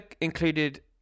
included